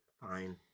fine